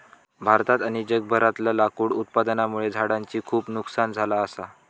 भारतात आणि जगभरातला लाकूड उत्पादनामुळे झाडांचा खूप नुकसान झाला असा